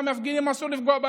ובחלק מהמפגינים אסור לפגוע,